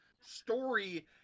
story